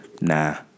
nah